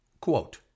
quote